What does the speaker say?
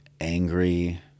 angry